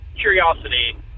curiosity